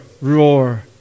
roar